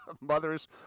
mothers